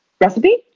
recipe